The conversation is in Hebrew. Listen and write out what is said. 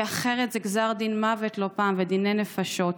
כי אחרת זה גזר דין מוות לא פעם ודיני נפשות.